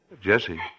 Jesse